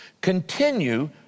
Continue